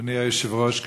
אדוני היושב-ראש,